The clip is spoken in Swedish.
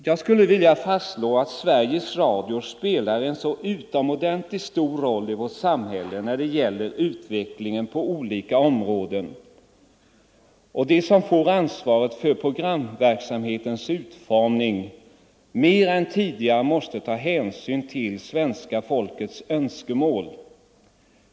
Jag skulle vilja fastslå att Sveriges Radio spelar en utomordentligt stor roll i vårt samhälle när det gäller utvecklingen på olika sätt och att de som får ansvaret för programverksamhetens utformning mer än tidigare måste ta hänsyn till svenska folkets önskemål.